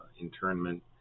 internment